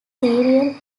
serial